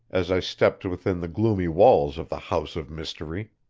as i stepped within the gloomy walls of the house of mystery,